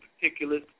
particulars